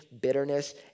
bitterness